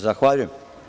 Zahvaljujem.